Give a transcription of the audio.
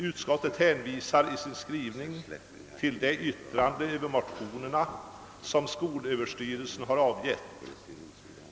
Utskottet hänvisar i sin skrivning till yttrande över motionerna som skolöverstyrelsen har avgivit.